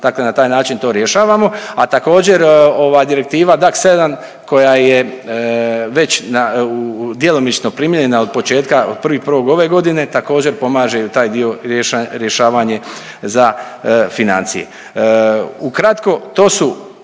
dakle na taj način to rješavamo. A također ova Direktiva DAC7 koja je već djelomično primijenjena otpočetka, od 1.1. ove godine, također pomaže i taj dio rješavanje za financije. Ukratko, to su